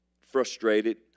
Frustrated